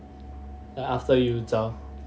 like after you zao